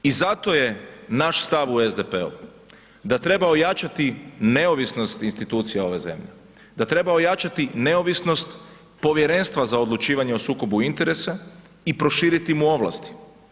I zato je naš stav u SDP-u da treba ojačati neovisnost institucija ove zemlje, da treba ojačati neovisnost Povjerenstva za odlučivanje o sukobu interesa i proširiti mu ovlasti.